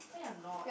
tell you I'm not